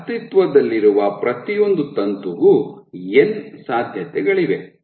ಅಸ್ತಿತ್ವದಲ್ಲಿರುವ ಪ್ರತಿಯೊಂದು ತಂತುಗೂ ಎನ್ ಸಾಧ್ಯತೆಗಳಿವೆ